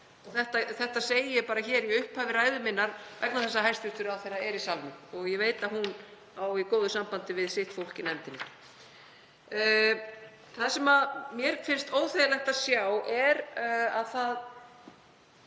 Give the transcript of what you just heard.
Þetta segi ég hér í upphafi ræðu minnar vegna þess að hæstv. ráðherra er í salnum og ég veit að hún á í góðu sambandi við sitt fólk í nefndinni. Það sem mér finnst óþægilegt að sjá er að ekki